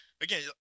again